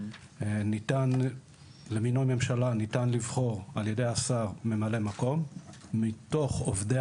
ניתן למינוי ממשלה ניתן לבחור לשר ממלא מקום מתוך עובדי